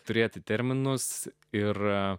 turėti terminus ir